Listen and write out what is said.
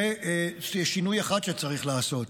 זה שינוי אחד שצריך לעשות.